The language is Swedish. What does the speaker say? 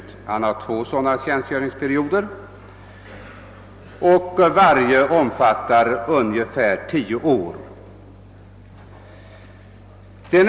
Reservofficeren fullgör två sådana tjänstgöringsperioder som vardera omfattar ungefär tio år.